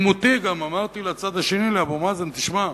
תמימותי גם אמרתי לצד השני, לאבו מאזן: תשמע,